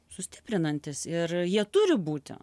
sustiprinantys ir jie turi būti